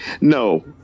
No